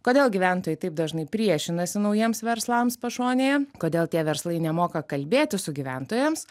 kodėl gyventojai taip dažnai priešinasi naujiems verslams pašonėje kodėl tie verslai nemoka kalbėti su gyventojams